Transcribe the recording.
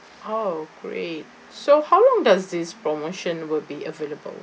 oh great so how long does this promotion will be available